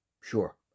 Sure